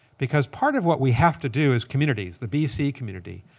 because part of what we have to do as communities, the bc community,